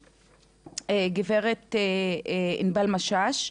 גב' ענבל משש,